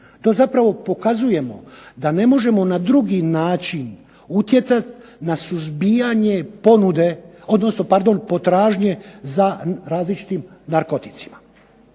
To zapravo pokazujemo da ne možemo na drugi način utjecati na suzbijanje ponude, odnosno pardon potražnje za različitim narkoticima.